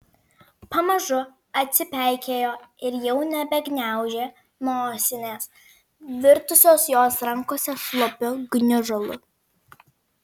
pamažu atsipeikėjo ir jau nebegniaužė nosinės virtusios jos rankose šlapiu gniužulu